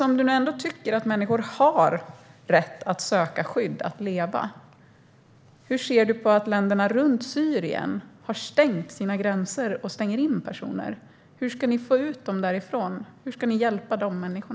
Om du ändå tycker att människor har rätt att söka skydd för att kunna leva undrar jag hur du ser på att länderna runt Syrien har stängt sina gränser och stänger in personer. Hur ska ni få ut dem därifrån? Hur ska ni hjälpa dessa människor?